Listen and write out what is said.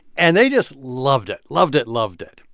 and they just loved it, loved it, loved it.